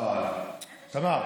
לא, לא, תמר.